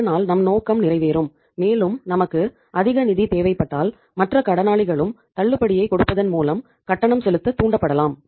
இதனால் நம் நோக்கம் நிறைவேறும் மேலும் நமக்கு அதிக நிதி தேவைப்பட்டால் மற்ற கடனாளிகளும் தள்ளுபடியைக் கொடுப்பதன் மூலம் கட்டணம் செலுத்த தூண்டப்படலாம்